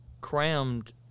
crammed